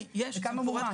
וכמה מומש?